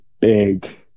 big